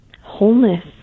wholeness